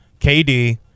KD